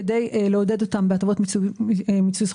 כדי לעודד אותן בהטבות מיסוי זכויות.